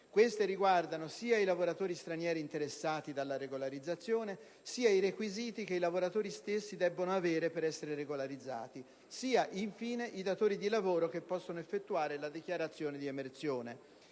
Queste riguardano sia i lavoratori stranieri interessati dalla regolarizzazione, sia i requisiti che i lavoratori stessi devono avere per essere regolarizzati, sia, infine, i datori di lavoro che possono effettuare la dichiarazione di emersione.